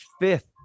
fifth